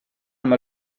amb